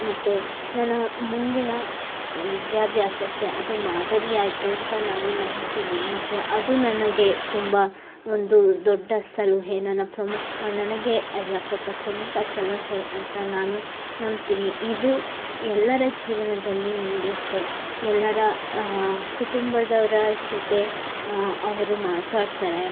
ಮತ್ತು ನಾನು ಮುಂದಿನ ವಿದ್ಯಾಭ್ಯಾಸಕ್ಕೆ ಅದು ಮಾದರಿ ಆಯಿತು ಅಂತ ನಾನು ನಂಬ್ತೀನಿ ಮತ್ತು ಅದು ನನಗೆ ತುಂಬ ಒಂದು ದೊಡ್ಡ ಸಲಹೆ ನನಗೆ ಪ್ರಮುಖ ನನಗೆ ಅಯ್ಯಾ ಕೊಟ್ಟ ಪ್ರಮುಖ ಸಲಹೆ ಅಂತ ನಾನು ನಂಬ್ತೀನಿ ಇದು ಎಲ್ಲರ ಜೀವನದಲ್ಲಿ ನಡೆಯುತ್ತೆ ಎಲ್ಲರ ಕುಟುಂಬದವರ ಜೊತೆ ಅವರು ಮಾತಾಡ್ತಾರೆ